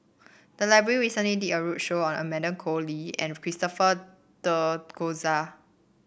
the library recently did a roadshow on Amanda Koe Lee and Christopher De